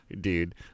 dude